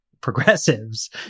progressives